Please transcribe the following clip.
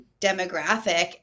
demographic